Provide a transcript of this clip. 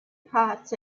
parts